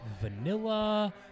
vanilla